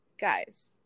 guys